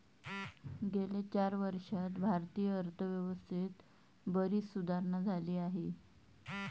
गेल्या चार वर्षांत भारतीय अर्थव्यवस्थेत बरीच सुधारणा झाली आहे